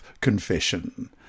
confession